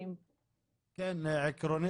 במונח המשפטי - בעצם בהקשר הזה הם היקש לדין המשמעתי.